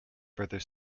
further